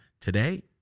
today